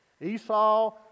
Esau